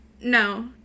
No